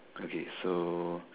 okay so